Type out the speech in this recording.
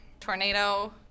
tornado